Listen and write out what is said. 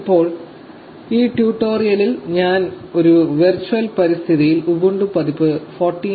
ഇപ്പോൾ ഈ ട്യൂട്ടോറിയലിൽ ഞാൻ ഒരു വെർച്വൽ പരിതസ്ഥിതിയിൽ ഉബുണ്ടു പതിപ്പ് 14